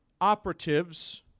operatives